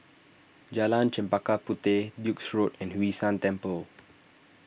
Jalan Chempaka Puteh Duke's Road and Hwee San Temple